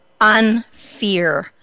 unfear